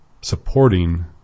supporting